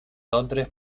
londres